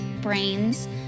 brains